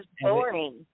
boring